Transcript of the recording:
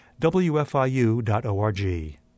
wfiu.org